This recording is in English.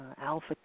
alpha